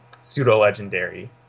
pseudo-legendary